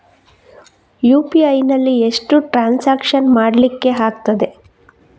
UPI ನಲ್ಲಿ ಎಷ್ಟು transaction ಮಾಡ್ಲಿಕ್ಕೆ ಆಗ್ತದೆ?